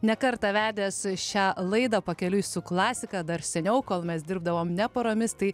ne kartą vedęs šią laidą pakeliui su klasika dar seniau kol mes dirbdavom ne pormis tai